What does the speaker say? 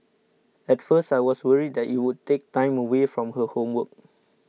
at first I was worried that it would take time away from her homework